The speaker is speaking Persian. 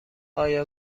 آیا